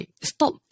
stop